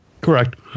Correct